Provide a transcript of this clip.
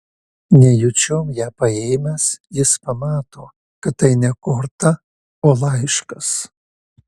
nejučiom ją paėmęs jis pamato kad tai ne korta o laiškas